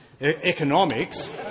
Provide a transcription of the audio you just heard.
economics